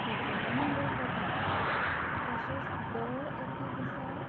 हजारांनी लोक वतात तशेंच दर एका दिसाक